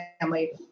family